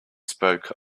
spoke